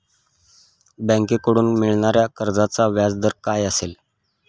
बँकेकडून मिळणाऱ्या कर्जाचा व्याजदर काय असेल?